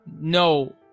No